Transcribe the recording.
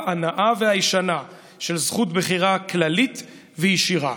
הנאה והישנה של זכות בחירה כללית וישירה".